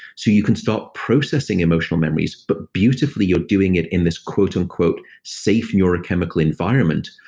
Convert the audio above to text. so you can start processing emotional memories but, beautifully, you're doing it in this quote-unquote safe neurochemical environment,